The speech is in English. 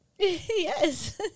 Yes